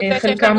חלקם,